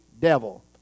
devil